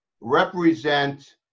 represent